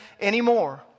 anymore